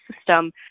system